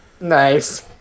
Nice